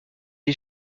est